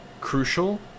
crucial